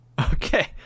Okay